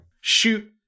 shoot